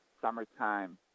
summertime